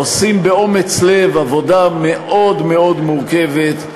עושים באומץ לב עבודה מאוד מאוד מורכבת.